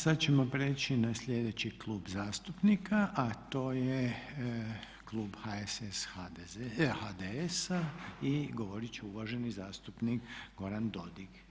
Sada ćemo priječi na sljedeći klub zastupnika a to je klub HSS, HDS-a i govoriti će uvaženi zastupnik Goran Dodig.